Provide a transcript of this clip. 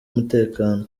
umutekano